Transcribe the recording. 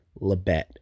Labette